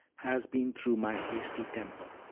has been through my hasty temper.